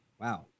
wow